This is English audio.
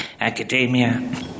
academia